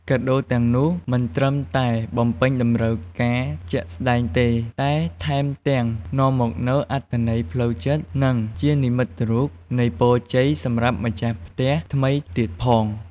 កាដូរទាំងនោះ មិនត្រឹមតែបំពេញតម្រូវការជាក់ស្តែងទេ តែថែមទាំងនាំមកនូវអត្ថន័យផ្លូវចិត្ត និងជានិមិត្តរូបនៃពរជ័យសម្រាប់ម្ចាស់ផ្ទះថ្មីទៀតផង។